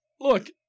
look